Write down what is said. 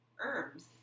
herbs